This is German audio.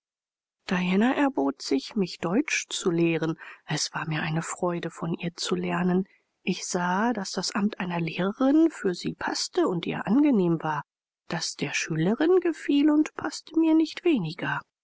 diana erbot sich mich deutsch zu lehren es war mir eine freude von ihr zu lernen ich sah daß das amt einer lehrerin für sie paßte und ihr angenehm war das der schülerin gefiel und paßte mir nicht weniger